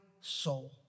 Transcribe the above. soul